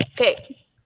Okay